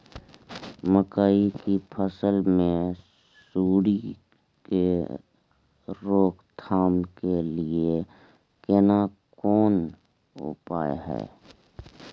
मकई की फसल मे सुंडी के रोक थाम के लिये केना कोन उपाय हय?